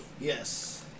Yes